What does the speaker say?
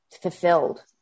fulfilled